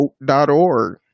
vote.org